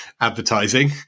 advertising